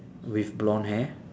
with blonde hair